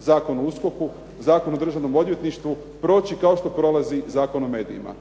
Zakon o USKOK-u, Zakon o državnom odvjetništvu proći kao što prolazi Zakon o medijima.